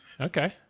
okay